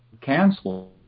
canceled